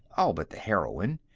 all but the heroine.